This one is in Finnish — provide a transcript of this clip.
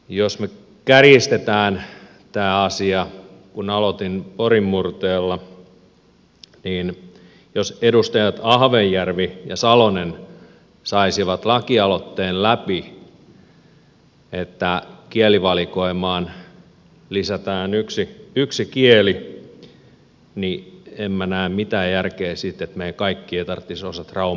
jos me kärjistämme tämän asian ja kun aloitin porin murteella niin jos edustajat ahvenjärvi ja salonen saisivat lakialoitteen läpi että kielivalikoimaan lisätään yksi kieli niin emmä nää mitään järkee siinä et meiän kaikkien tarttis osata raum kiält